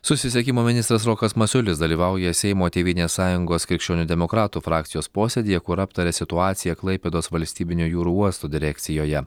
susisiekimo ministras rokas masiulis dalyvauja seimo tėvynės sąjungos krikščionių demokratų frakcijos posėdyje kur aptarė situaciją klaipėdos valstybinio jūrų uosto direkcijoje